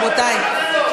רבותי,